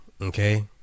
Okay